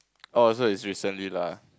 oh also it's recently lah